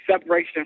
separation